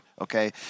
Okay